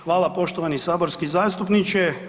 Hvala, poštovani saborski zastupniče.